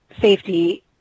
safety